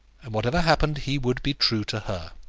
and, whatever happened, he would be true to her.